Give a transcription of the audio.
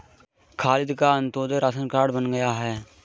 खालिद का अंत्योदय ration card बन गया है